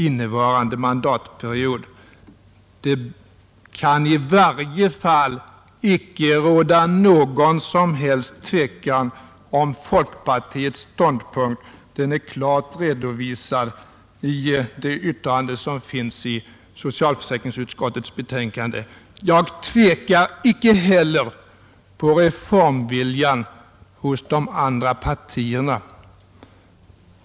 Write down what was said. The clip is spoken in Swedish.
I varje fall kan det därvidlag inte råda något som helst tvivel om folkpartiets ståndpunkt. Den är klart redovisad i det särskilda yttrande som finns fogat till socialförsäkringsutskottets betänkande. Jag tvivlar inte heller på reformviljan hos de andra partierna.